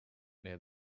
near